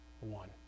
one